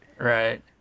Right